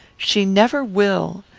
she never will.